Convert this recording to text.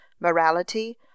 morality